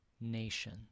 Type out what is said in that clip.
nation